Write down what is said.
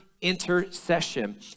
intercession